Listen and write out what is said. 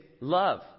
love